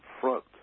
Front